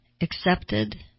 accepted